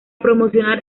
promocionar